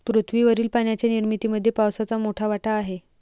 पृथ्वीवरील पाण्याच्या निर्मितीमध्ये पावसाचा मोठा वाटा आहे